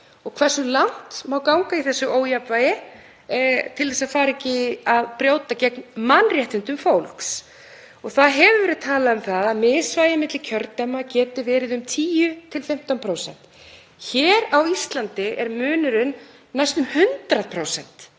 og hversu langt megi ganga í þessu ójafnvægi til að fara ekki að brjóta gegn mannréttindum fólks. Talað hefur verið um að misvægi milli kjördæma geti verið um 10–15%. Hér á Íslandi er munurinn næstum 100%